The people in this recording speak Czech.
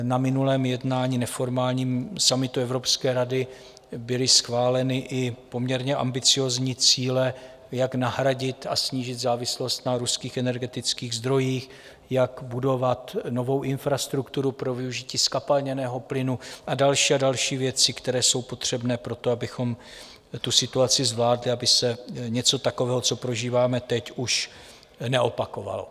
Na minulém jednání, neformálním summitu Evropské rady byly schváleny i poměrně ambiciózní cíle, jak nahradit a snížit závislost na ruských energetických zdrojích, jak budovat novou infrastrukturu pro využití zkapalněného plynu a další a další věci, které jsou potřebné pro to, abychom tu situaci zvládli, aby se něco takového, co prožíváme teď, už neopakovalo.